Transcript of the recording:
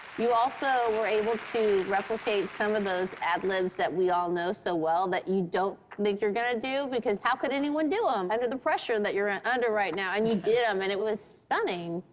you also were able to replicate some of those ad-libs that we all know so well that you don't think you're gonna do, because how could anyone do them um under the pressure and that you're and under right now? and you did them, and it was stunning.